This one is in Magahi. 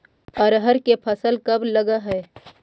अरहर के फसल कब लग है?